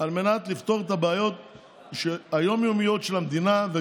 על מנת לפתור את הבעיות היום-יומיות של המדינה,